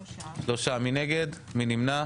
הצבעה שלושת הצעות החוק יועברו לוועדת הכנסת.